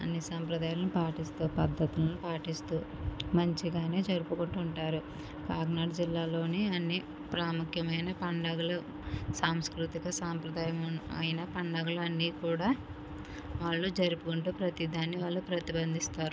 అన్నీ సంప్రదాయాలను పాటిస్తూ పద్దతులను పాటిస్తూ మంచిగానే జరుపుకుంటూ ఉంటారు కాకినాడ జిల్లాలోని అన్నీ ప్రాముఖ్యమైన పండుగలు సాంస్కృతిక సాంప్రదాయమైన పండుగలన్నీ కూడా వాళ్ళు జరుపుకుంటూ ప్రతీ దాన్ని వాళ్ళు ప్రతిబంధిస్తారు